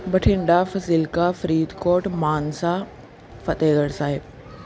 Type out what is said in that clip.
Bathinda Fazilka Faridkot Mansa Fatehgarh Sahib